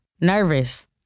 nervous